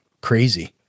crazy